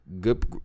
Good